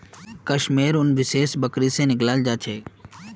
कश मेयर उन विशेष बकरी से निकलाल जा छे